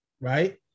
Right